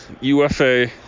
UFA